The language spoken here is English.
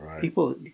People